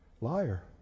Liar